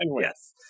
Yes